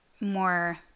more